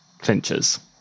clinchers